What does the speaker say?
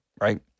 right